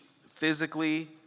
physically